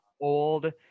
old